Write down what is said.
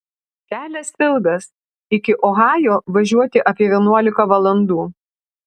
kelias ilgas iki ohajo važiuoti apie vienuolika valandų